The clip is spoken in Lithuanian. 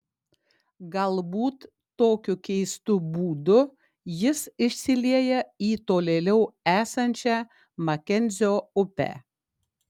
galbūt tokiu keistu būdu jis išsilieja į tolėliau esančią makenzio upę